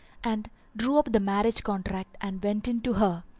and drew up the marriage contract and went in to her.